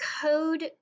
code